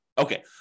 Okay